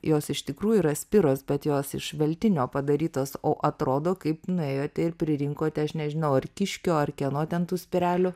jos iš tikrųjų yra spiros bet jos iš veltinio padarytos o atrodo kaip nuėjote ir pririnkote aš nežinau ar kiškio ar kieno ten tų spiralių